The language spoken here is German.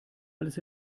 alles